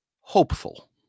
Hopeful